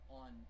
on